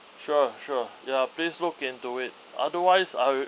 sure sure ya please look into it otherwise I